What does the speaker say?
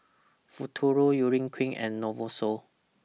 Futuro Urea Cream and Novosource